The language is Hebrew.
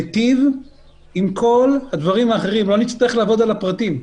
ניטיב עם כל הדברים האחרים ולא נצטרך לעבוד על הפרטים.